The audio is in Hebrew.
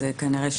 אז זה כנראה שונה.